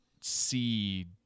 see